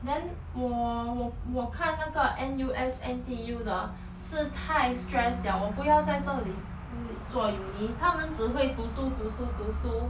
then 我我我看那个 N_U_S N_T_U 的是大 stressed 了我不要在那里做 uni 他们只会读书读书读书